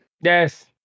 Yes